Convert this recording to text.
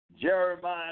Jeremiah